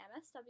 MSW